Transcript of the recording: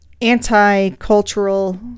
anti-cultural